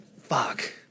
fuck